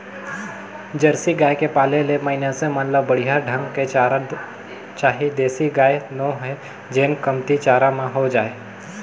Jersey गाय के पाले ले मइनसे मन ल बड़िहा ढंग के चारा चाही देसी गाय नो हय जेन कमती चारा म हो जाय